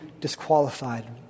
disqualified